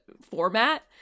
format